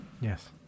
Yes